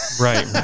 right